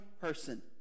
person